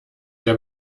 der